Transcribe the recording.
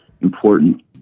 important